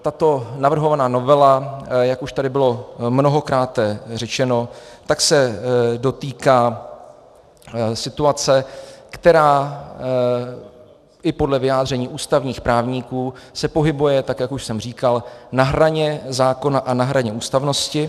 Tato navrhovaná novela, jak už tady bylo mnohokráte řečeno, se dotýká situace, která i podle vyjádření ústavních právníků se pohybuje, jak už jsem říkal, na hraně zákona a na hraně ústavnosti.